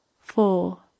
four